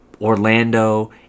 Orlando